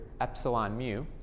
epsilon-mu